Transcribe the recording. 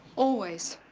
always.